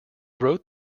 wrote